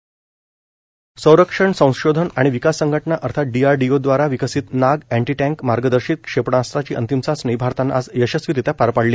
नाग anti tank क्षेपणास्त्र संरक्षण संशोधन आणि विकास संघटना अर्थात डीआरडीओदवारा विकसित नाग अँटी टँक मार्गदर्शित क्षेपणास्त्राची अंतिम चाचणी भारतानं आज यशस्वीरीत्या पार पाडली